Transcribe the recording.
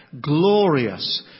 glorious